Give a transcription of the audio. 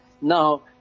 Now